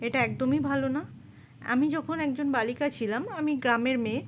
এটা একদমই ভালো না আমি যখন একজন বালিকা ছিলাম আমি গ্রামের মেয়ে